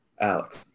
Alex